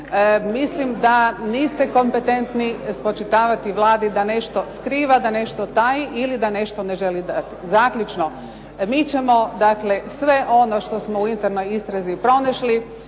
mislim da niste kompetentni spočitavati Vladi da nešto skriva, da nešto taji ili da nešto ne želi dati. Zaključno. Mi ćemo sve ono što smo u internoj istrazi pronašli